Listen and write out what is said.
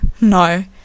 no